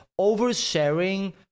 oversharing